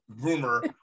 rumor